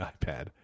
iPad